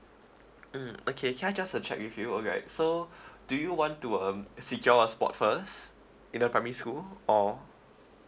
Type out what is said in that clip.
mm okay can I just to check with you all right so do you want to um secure a spot first in the primary school or